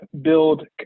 build